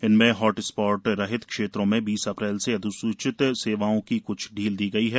इनमें hot spot रहित क्षेत्रों में बीस अप्रैल से अधिसूचित सेवाओं में क्छ ढील दी गई है